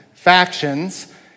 factions